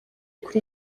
kuri